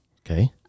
Okay